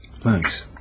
Thanks